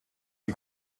die